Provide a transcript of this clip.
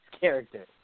character